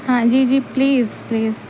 ہاں جی جی پلیز پلیز